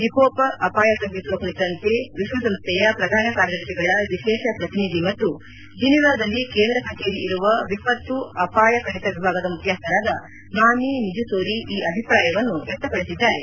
ವಿಕೋಪ ಅಪಾಯ ತಗ್ಗಿಸುವ ಕುರಿತಂತೆ ವಿಶ್ವಸಂಸ್ಥೆಯ ಪ್ರಧಾನ ಕಾರ್ಯದರ್ಶಿಗಳ ವಿಶೇಷ ಪ್ರತಿನಿಧಿ ಮತ್ತು ಜಿನೆವಾದಲ್ಲಿ ಕೇಂದ್ರಕಚೇರಿ ಇರುವ ವಿಪತ್ತು ಅಪಾಯ ಕಡಿತ ವಿಭಾಗದ ಮುಖ್ಯಸ್ಥರಾದ ಮಾಮಿ ಮಿಜ್ಯುತೋರಿ ಈ ಅಭಿಪ್ರಾಯವನ್ನು ವ್ಯಕ್ತಪಡಿಸಿದ್ದಾರೆ